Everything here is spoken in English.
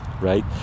Right